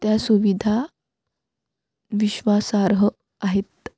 त्या सुविधा विश्वासार्ह आहेत